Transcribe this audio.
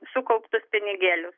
sukauptus pinigėlius